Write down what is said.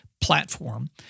platform